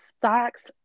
stocks